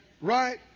right